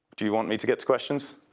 do you want me to get to questions?